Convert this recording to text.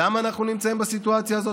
למה אנחנו נמצאים בסיטואציה הזאת?